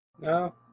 No